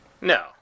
No